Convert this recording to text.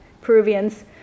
Peruvians